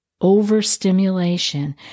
overstimulation